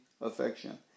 affection